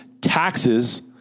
Taxes